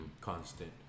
constant